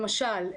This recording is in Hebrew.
למשל,